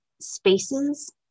spaces